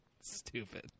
Stupid